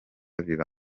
biba